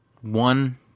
one